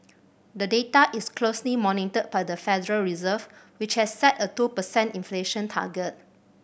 the data is closely monitored by the Federal Reserve which has set a two per cent inflation target